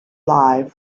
live